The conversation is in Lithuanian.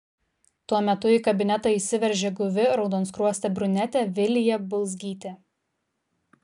tuo metu į kabinetą įsiveržė guvi raudonskruostė brunetė vilija bulzgytė